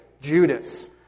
Judas